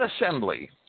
assembly